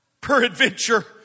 peradventure